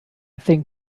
think